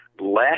last